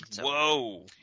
Whoa